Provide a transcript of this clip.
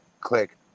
click